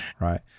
right